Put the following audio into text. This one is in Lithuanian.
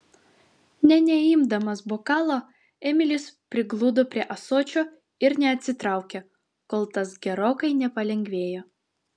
nė neimdamas bokalo emilis prigludo prie ąsočio ir neatsitraukė kol tas gerokai nepalengvėjo